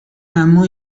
اما